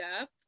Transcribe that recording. up